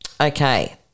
Okay